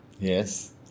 Yes